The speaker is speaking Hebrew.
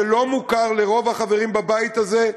שלא מוכר לרוב החברים בבית הזה,